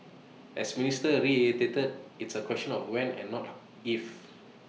as minister reiterated it's A question of when and not if